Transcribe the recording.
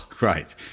Right